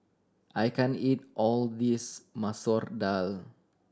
I can't eat all this Masoor Dal